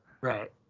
Right